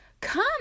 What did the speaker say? Come